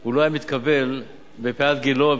הוא לא היה מתקבל מבחינת גילו,